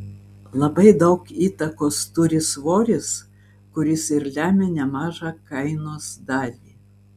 labai daug įtakos turi svoris kuris ir lemia nemažą kainos dalį